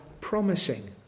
promising